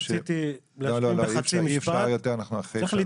רק רציתי להשלים בחצי משפט: צריך להתייחס